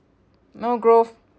no growth